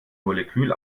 molekül